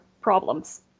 problems